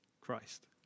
Christ